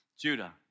Judah